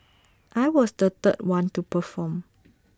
I was the third one to perform